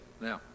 Now